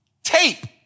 Tape